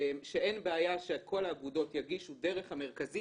שאין בעיה שכל האגודות יגישו דרך המרכזים,